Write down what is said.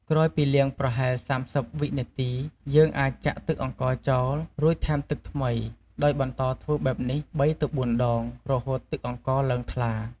ក្រោយពីលាងប្រហែល ៣០វិនាទី យើងអាចចាក់ទឹកអង្ករចោល រួចថែមទឹកថ្មី ដោយបន្តធ្វើបែបនេះ ៣ ទៅ៤ដង រហូតទឹកអង្ករឡើងថ្លា។